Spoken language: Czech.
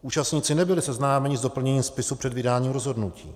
Účastníci nebyli seznámeni s doplněním spisu před vydáním rozhodnutí.